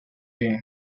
bien